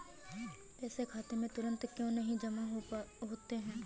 पैसे खाते में तुरंत क्यो नहीं जमा होते हैं?